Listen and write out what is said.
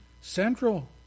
central